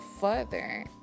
further